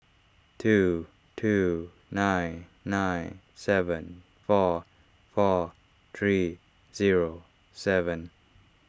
two two nine nine seven four four three zero seven